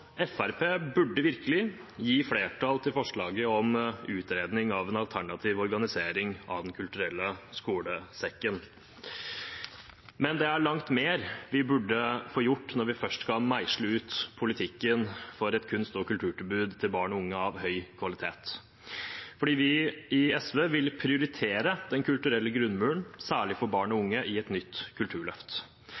burde virkelig gi flertall til forslaget om utredning av en alternativ organisering av Den kulturelle skolesekken. Det er langt mer vi burde få gjort når vi først skal meisle ut politikken for et kunst- og kulturtilbud til barn og unge av høy kvalitet. Vi i SV vil prioritere Den kulturelle grunnmuren, særlig for barn og